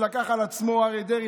אריה דרעי,